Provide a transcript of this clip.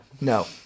No